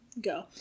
go